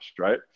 right